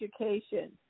Education